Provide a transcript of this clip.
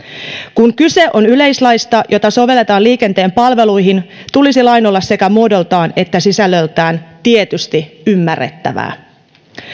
kun kyse on yleislaista jota sovelletaan liikenteen palveluihin tulisi lain olla sekä muodoltaan että sisällöltään tietysti ymmärrettävää